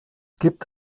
gibt